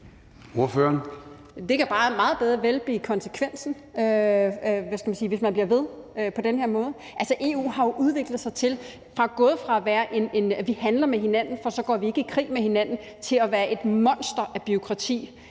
Det kan bare meget vel blive konsekvensen, hvis man bliver ved på den her måde. Altså, EU har jo udviklet sig fra, at vi handler med hinanden, for så går vi ikke i krig mod hinanden, til at være et monster af bureaukrati